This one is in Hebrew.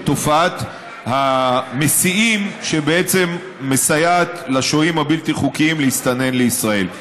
תופעת המסיעים שמסייעים לשוהים הבלתי-חוקיים להסתנן לישראל.